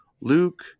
luke